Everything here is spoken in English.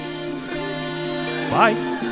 Bye